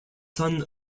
son